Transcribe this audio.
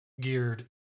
geared